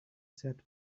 said